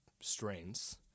strains